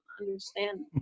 understand